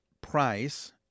price